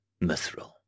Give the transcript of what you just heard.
Mithril